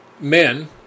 men